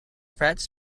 frets